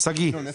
כאן.